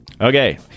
Okay